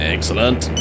Excellent